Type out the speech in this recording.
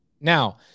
Now